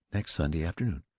next sunday afternoon.